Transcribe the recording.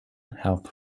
health